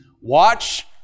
Watch